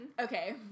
Okay